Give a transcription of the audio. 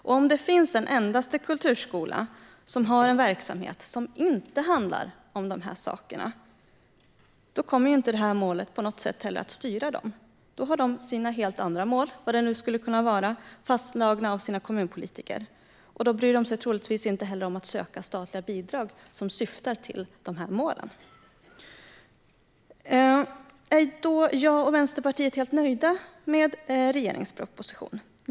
Om det finns någon endaste kulturskola som har en verksamhet som inte handlar om de sakerna kommer inte det här målet att på något sätt styra dem. De har sina helt andra mål, vad det nu skulle kunna vara, fastslagna av sina kommunpolitiker. Då bryr de sig troligtvis inte heller om att söka statliga bidrag som syftar till de målen. Är då jag och Vänsterpartiet helt nöjda med regeringens proposition?